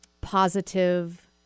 positive